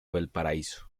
valparaíso